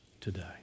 today